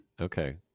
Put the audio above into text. okay